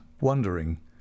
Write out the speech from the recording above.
wondering—